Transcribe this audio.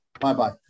bye-bye